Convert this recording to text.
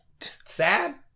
sad